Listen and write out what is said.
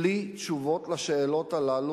בלי תשובות על השאלות הללו,